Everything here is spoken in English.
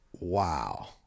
wow